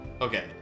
Okay